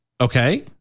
Okay